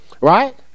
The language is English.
right